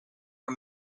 are